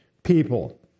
people